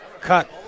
cut